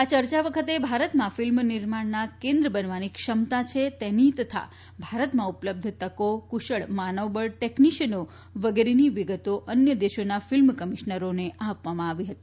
આ ચર્ચા વખતે ભારતમાં ફિલ્મ નિર્માણના કેન્દ્ર બનવાની ક્ષમતા છે તેની તથા ભારતમાં ઉપલબ્ધ તકો કુશળ માનવબળ ટેકનીશીયનો વગેરેની વિગતો અન્ય દેશોના ફિલ્મ કમીશનરોને આપવામાં આવી હતી